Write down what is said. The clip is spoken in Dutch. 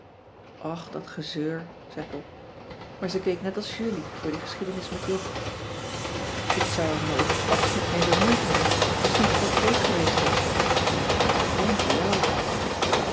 och dat gezeur zei pop maar ze keek net als julie voor die geschiedenis met jog ik zou er me ook vast niet mee bemoeid hebben als t niet voor kees geweest was zei ik en voor jou